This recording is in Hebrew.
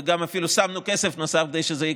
ואפילו שמנו כסף נוסף כדי שזה יקרה,